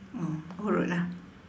oh urut lah